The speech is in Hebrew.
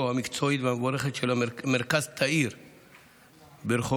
המקצועית והמבורכת של מרכז תאיר ברחובות,